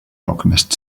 alchemist